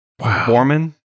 Borman